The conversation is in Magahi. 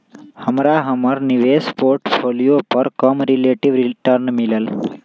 हमरा हमर निवेश पोर्टफोलियो पर कम रिलेटिव रिटर्न मिलल